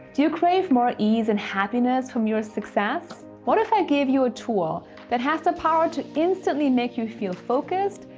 do you crave more ease and happiness from your success? what if i gave you a tool that has the power to instantly make you feel focused,